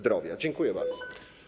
Dziękuję bardzo.